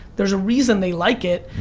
there's a reason they like it,